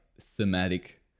thematic